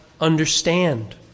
understand